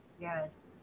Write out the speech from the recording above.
Yes